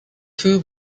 two